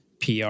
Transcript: PR